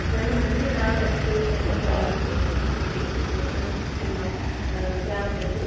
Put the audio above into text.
ನನ್ನ ನನ್ನಿಂದಾದಷ್ಟು ಕೆಲಸಗಳನ್ನು ಇವರಿಗೆ ನಮ್ಮ ಗ್ರಾಮದಲ್ಲಿ